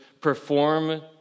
perform